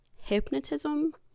hypnotism